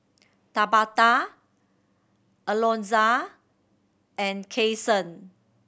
Tabatha Alonza and Cason